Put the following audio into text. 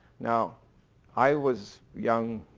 now i was young